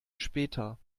später